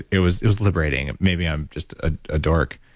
it was it was liberating, maybe i'm just a ah dork.